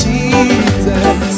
Jesus